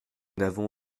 n’avons